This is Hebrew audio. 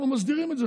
אנחנו מסדירים את זה,